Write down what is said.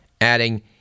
Adding